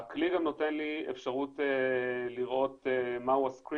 הכלי נותן לי אפשרות לעשות מהו הזמן מסך,